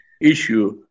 issue